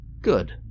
Good